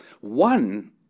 one